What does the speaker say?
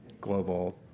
global